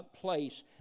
place